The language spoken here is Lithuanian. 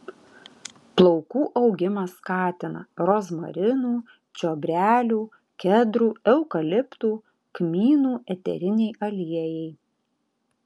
plaukų augimą skatina rozmarinų čiobrelių kedrų eukaliptų kmynų eteriniai aliejai